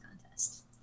contest